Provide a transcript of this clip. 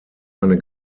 eine